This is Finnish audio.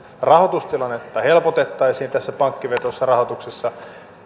rahoitustilannetta helpotettaisiin tässä pankkivetoisessa rahoituksessa